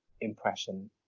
impression